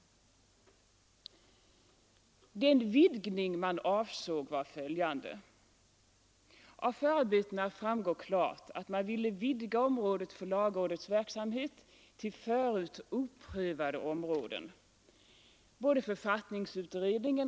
Den vidgning man avsåg var följande: Av förarbetena framgår klart att man ville vidga området för lagrådets verksamhet till förut oprövade områden. Såväl författningsutredningen.